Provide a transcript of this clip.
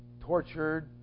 tortured